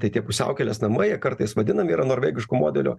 tai tie pusiaukelės namai jie kartais vadinami yra norvegišku modeliu